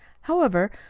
however,